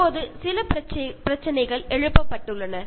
இப்போது இந்த பிரச்சினைகள் எழுப்பப்பட்டுள்ளன